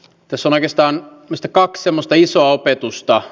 että saaliistaan mistä kaksi musta isoa opetusta